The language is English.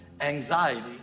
anxiety